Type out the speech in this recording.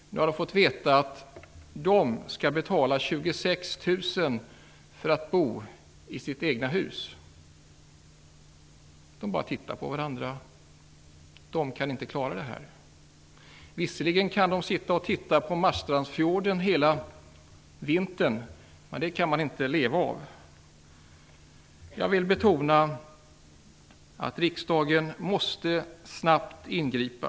Nu har de fått veta att de skall betala 26 000 kr för att bo i sitt eget hus. De bara tittade på varandra - de kan inte klara det. Visserligen kan de sitta och titta på Marstrandsfjorden hela vintern, men det kan man inte leva av. Jag vill betona att riksdagen snabbt måste ingripa.